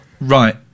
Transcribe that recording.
Right